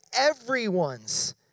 everyone's